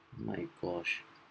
my gosh